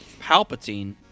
Palpatine